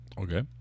Okay